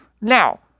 Now